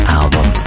album